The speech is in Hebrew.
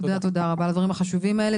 תודה רבה על הדברים החשובים האלה.